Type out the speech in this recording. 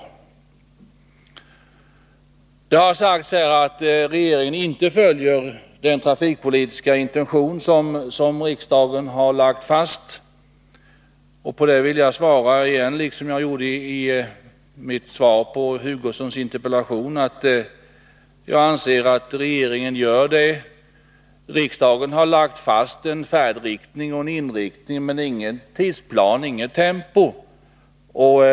Här har sagts att regeringen inte följer intentionerna i det trafikpolitiska beslut som riksdagen har fattat. Jag vill upprepa vad jag sade i svaret på Kurt Hugossons interpellation, nämligen att jag anser att regeringen gör det. Riksdagen har lagt fast en färdriktning men ingen tidsplan, inget tempo.